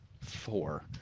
four